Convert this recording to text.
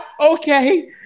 Okay